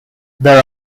there